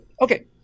Okay